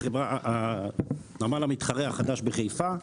הנמל המתחרה החדש בחיפה.